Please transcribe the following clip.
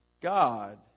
God